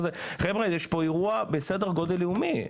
יש פה אירוע בסדר גודל לאומי,